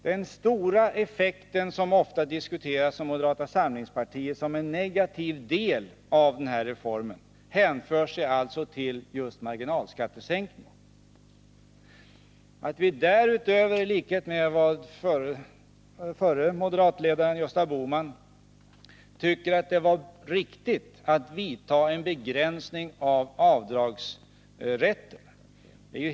Den stora effekten, som ofta diskuteras av moderata samlingspartiets företrädare som en negativ del av denna reform, hänför sig alltså just till marginalskattesänkningen. Därutöver tycker vi, i likhet med förre moderatledaren Gösta Bohman, att det var riktigt att vidta en begränsning av avdragsrätten.